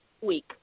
week